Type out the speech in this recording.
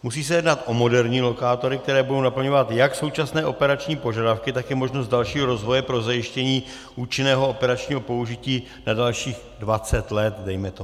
Musí se jednat o moderní lokátory, které budou naplňovat jak současné operační požadavky, tak i možnost dalšího rozvoje pro zajištění účinného operačního použití na dalších 20 let, dejme tomu.